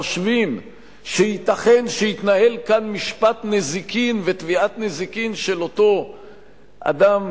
חושבים שייתכן שיתנהלו כאן משפט נזיקין ותביעת נזיקין של אותו אדם,